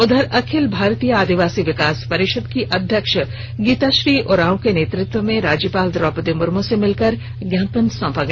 उधर अखिल भारतीय आदिवासी विकास परिषद की अध्यक्ष गीताश्री उरांव के नेतृत्व में राज्यपाल द्रौपदी मुर्मू से मिलकर ज्ञापन सौंपा गया